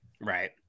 Right